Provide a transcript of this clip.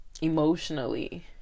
emotionally